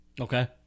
Okay